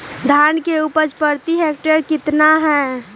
धान की उपज प्रति हेक्टेयर कितना है?